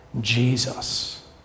Jesus